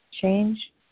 change